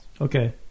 Okay